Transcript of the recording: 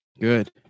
Good